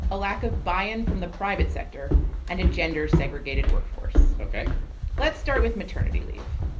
a lack of buy-in from the private sector and a gender-segregated workforce ok let's start with maternity leave.